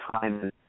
time